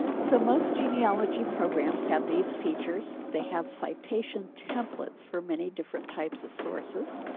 so most genealogy programs have these features they have citation templates for many different types of sources.